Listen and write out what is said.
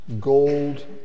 gold